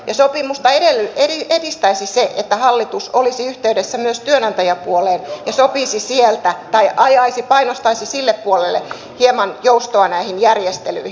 ja sopimusta edistäisi se että hallitus olisi yhteydessä myös työnantajapuoleen ja sopisi tai ajaisi painostaisi sille puolelle hieman joustoa näihin järjestelyihin